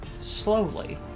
slowly